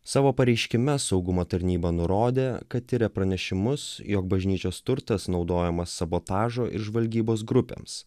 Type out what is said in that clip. savo pareiškime saugumo tarnyba nurodė kad tiria pranešimus jog bažnyčios turtas naudojamas sabotažo ir žvalgybos grupėms